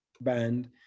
band